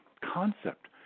concept